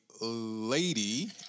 lady